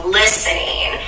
listening